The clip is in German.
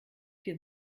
vier